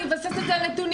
אני אבסס את זה על נתונים.